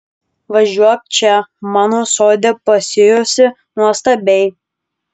važiuok čia mano sode pasijusi nuostabiai